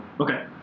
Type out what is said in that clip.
Okay